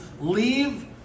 leave